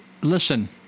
listen